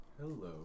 hello